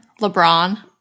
LeBron